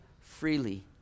freely